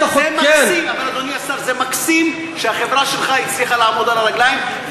זה מקסים שהחברה שלך הצליחה לעמוד על הרגליים,